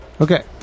Okay